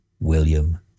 William